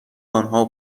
آنها